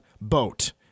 boat